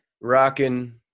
Rockin